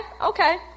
okay